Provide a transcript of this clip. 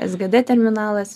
sgd terminalas